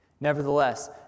Nevertheless